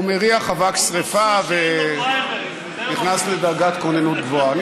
הוא מריח אבק שרפה ונכנס לדרגת כוננות גבוהה.